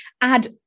add